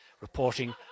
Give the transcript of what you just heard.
reporting